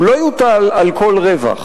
הוא לא יוטל על כל רווח,